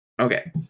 Okay